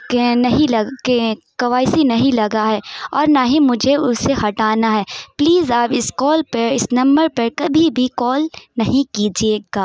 کے نہیں کے کے وائی سی نہیں لگا ہے اور نہ ہی مجھے اسے ہٹانا ہے پلیز آپ اس کال پہ اس نمبر پہ کبھی بھی کال نہیں کیجیے گا